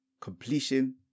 completion